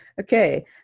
Okay